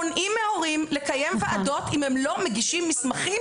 מונעים מההורים בכוח לקיים ועדות אם הם לא מגישים מסמכים